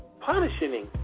punishing